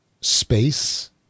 space